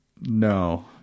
No